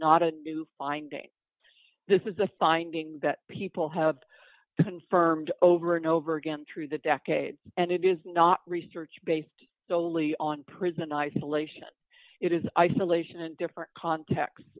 new finding this is a finding that people have confirmed over and over again through the decades and it is not research based solely on prison isolation it is isolation and different cont